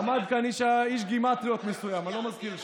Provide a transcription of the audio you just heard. עמד כאן איש גימטריות מסוים, אני לא מזכיר שם,